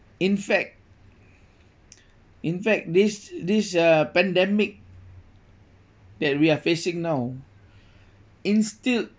in fact in fact this this uh pandemic that we are facing now instilled